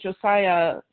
Josiah